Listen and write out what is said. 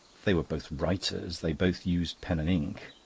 they were both writers, they both used pen and ink.